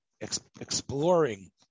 exploring